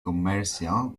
commercial